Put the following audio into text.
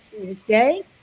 Tuesday